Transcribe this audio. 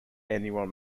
anyone